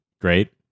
Great